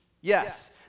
Yes